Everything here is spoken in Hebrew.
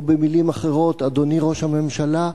או במלים אחרות: אדוני ראש הממשלה,